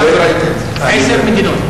עשר מדינות.